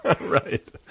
Right